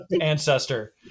ancestor